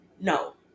No